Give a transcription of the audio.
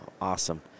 Awesome